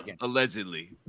allegedly